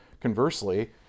Conversely